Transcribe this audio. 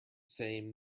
same